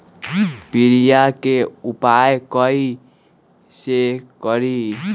पीलिया के उपाय कई से करी?